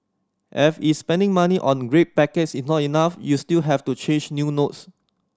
F is spending money on red packets is not enough you still have to change new notes